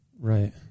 Right